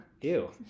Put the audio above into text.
Ew